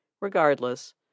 Regardless